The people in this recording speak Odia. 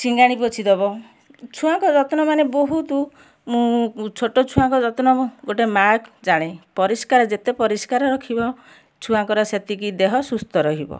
ସିଙ୍ଘାଣୀ ପୋଛିଦେବ ଛୁଆଙ୍କ ଯତ୍ନ ମାନେ ବହୁତ ଛୋଟ ଛୁଆଙ୍କ ଯତ୍ନ ଗୋଟେ ମାଆ ଜାଣେ ପରିଷ୍କାର ଯେତେ ପରିଷ୍କାର ରଖିବ ଛୁଆଙ୍କର ସେତିକି ଦେହ ସୁସ୍ଥ ରହିବ